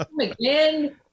Again